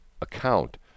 account